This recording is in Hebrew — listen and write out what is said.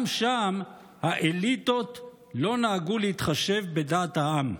גם שם האליטות לא נהגו להתחשב בדעת העם.